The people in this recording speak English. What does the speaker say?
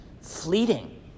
fleeting